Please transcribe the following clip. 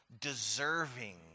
deserving